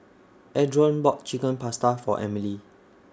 Adron bought Chicken Pasta For Emily